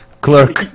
clerk